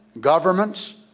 governments